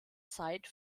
zeit